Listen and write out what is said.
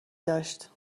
داشت